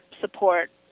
support